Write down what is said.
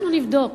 אנחנו נבדוק